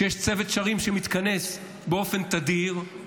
כשיש צוות שרים שמתכנס באופן תדיר,